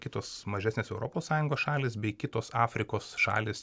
kitos mažesnės europos sąjungos šalys bei kitos afrikos šalys